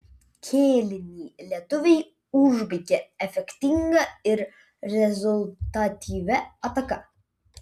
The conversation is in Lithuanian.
kėlinį lietuviai užbaigė efektinga ir rezultatyvia ataka